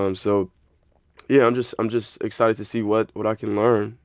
um so yeah, i'm just i'm just excited to see what what i can learn,